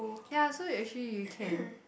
ya so you actually you can